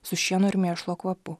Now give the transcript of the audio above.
su šieno ir mėšlo kvapu